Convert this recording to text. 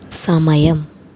സമയം